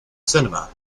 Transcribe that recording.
cinema